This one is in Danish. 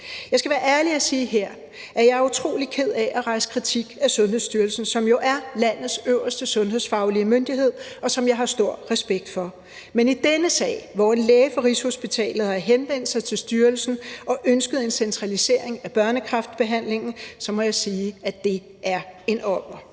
Jeg skal være ærlig og sige her, at jeg er utrolig ked af at rejse kritik af Sundhedsstyrelsen, som jo er landets øverste sundhedsfaglige myndighed, og som jeg har stor respekt for. Men i denne sag, hvor en læge fra Rigshospitalet har henvendt sig til Sundhedsstyrelsen og ønsket en centralisering af børnekræftbehandlingen, så må jeg sige, at det er en ommer.